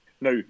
Now